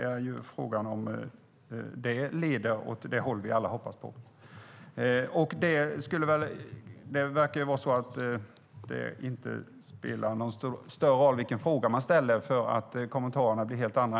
Frågan är om det leder åt det håll vi alla hoppas på. Det verkar inte spelar någon större roll vilken fråga man ställer, för kommentarerna blir ändå helt andra.